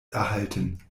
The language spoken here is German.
erhalten